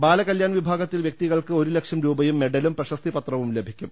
ബാലകല്യാൺ വിഭാഗത്തിൽ വ്യക്തികൾക്ക് ഒരു ലക്ഷം രൂപയും മെഡലും പ്രശസ്തി പത്രവും ലഭിക്കും